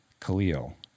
Khalil